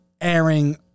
airing